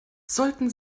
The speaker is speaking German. sollten